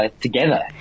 together